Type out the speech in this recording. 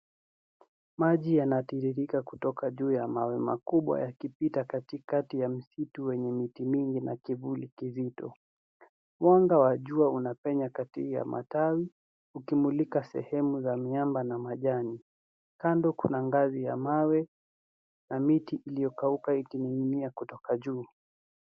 Maji yanatiririka kutoka juu ya mawe makubwa yakipita katika kati ya msitu wenye miti mingi na kivuli kizito, mwanga wa jua unapenya kati ya matawi ukimulika sehemu za miamba na majani kando kuna ngazi ya mawe na miti iliyokauka ikining'inia kutoka juu.